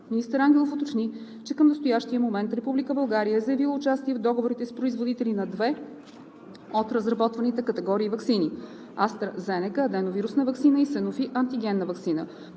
Министър Ангелов уточни, че към настоящия момент Република България е заявила участие в договорите с производители на две от разработваните категории ваксини: AstraZeneca – аденовирусна ваксина, и Sanofi – антигенна ваксина.